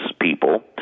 people